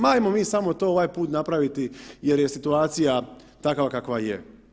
Ma hajmo mi samo to ovaj put napraviti jer je situacija takva kakva je.